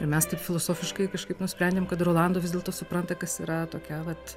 ir mes taip filosofiškai kažkaip nusprendėm kad rolando vis dėlto supranta kas yra tokia vat